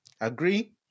agree